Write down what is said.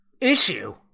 issue